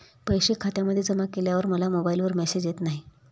पैसे खात्यामध्ये जमा केल्यावर मला मोबाइलवर मेसेज येत नाही?